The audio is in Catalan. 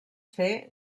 fer